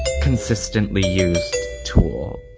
consistently used tool.